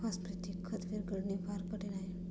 phosphatic खत विरघळणे फार कठीण आहे